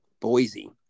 Boise